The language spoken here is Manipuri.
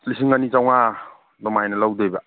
ꯂꯤꯁꯤꯡ ꯑꯅꯤ ꯆꯥꯝꯃꯉꯥ ꯑꯗꯨꯃꯥꯏꯅ ꯂꯧꯗꯣꯏꯕ